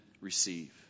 receive